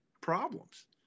problems